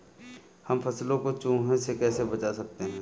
हम फसलों को चूहों से कैसे बचा सकते हैं?